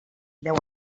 deu